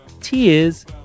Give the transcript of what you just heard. tears